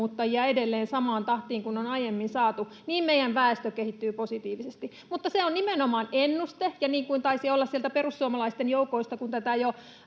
edelleen samaan tahtiin kuin on aiemmin saatu, niin meidän väestö kehittyy positiivisesti. Mutta se on nimenomaan ennuste, ja niin kuin taisi olla, kun sieltä perussuomalaisten joukoista tätä jo